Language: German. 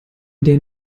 der